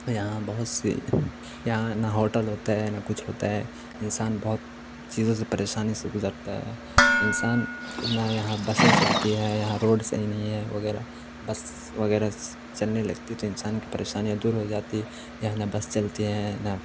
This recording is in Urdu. یہاں بہت سی یہاں نہ ہوٹل ہوتے ہیں نہ کچھ ہوتا ہے انسان بہت چیزوں سے پریشانی سے گزرتا ہے انسان نہ یہاں بسیں چلتی ہے یہاں روڈ صحیح نہیں ہے وغیرہ بس وغیرہ چلنے لگتی تو انسان کی پریشانیاں دور ہو جاتی یہاں نہ بس چلتی ہیں نہ